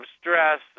stress